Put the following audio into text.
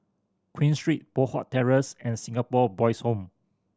Queen Street Poh Huat Terrace and Singapore Boys' Home